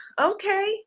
okay